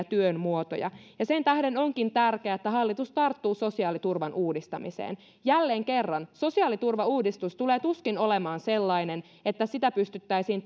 työn muotoja sen tähden onkin tärkeää että hallitus tarttuu sosiaaliturvan uudistamiseen jälleen kerran sosiaaliturvauudistus tulee tuskin olemaan sellainen että pystyttäisiin